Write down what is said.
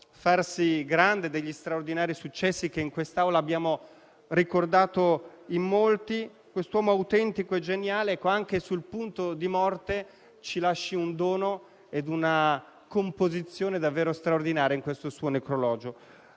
farsi grande degli straordinari successi che in quest'Aula abbiamo ricordato in molti, quest'uomo autentico e geniale, anche sul punto di morte, ci lasci un dono ed una composizione davvero straordinaria in questo suo necrologio.